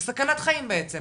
וסכנת חיים בעצם.